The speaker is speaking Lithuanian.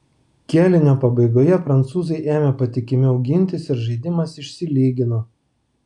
kėlinio pabaigoje prancūzai ėmė patikimiau gintis ir žaidimas išsilygino